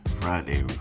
Friday